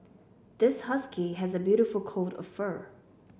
this husky has a beautiful coat of fur